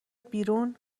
بیرون